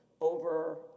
over